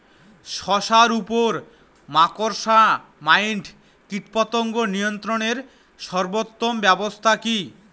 শশার উপর মাকড়সা মাইট কীটপতঙ্গ নিয়ন্ত্রণের সর্বোত্তম ব্যবস্থা কি?